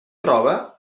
roba